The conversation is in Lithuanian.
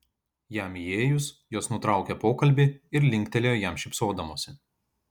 jam įėjus jos nutraukė pokalbį ir linktelėjo jam šypsodamosi